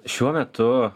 šiuo metu